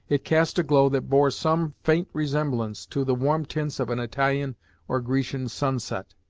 it cast a glow that bore some faint resemblance to the warm tints of an italian or grecian sunset.